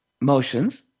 motions